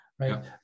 right